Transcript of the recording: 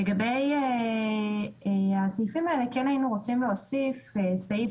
לגבי הסעיפים האלה: כן היינו רוצים להוסיף סעיף